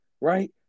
right